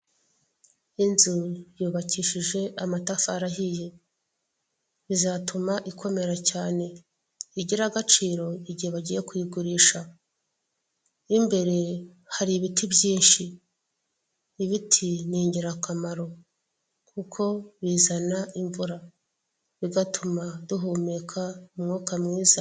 Inzu yubakishije amatafari ahiye izatuma ikomera cyane, igire agaciro igihe bagiye kuyigurisha, imbere hari ibiti byinshi, ibiti ni ingirakamaro kuko bizana imvura bigatuma duhumeka umwuka mwiza.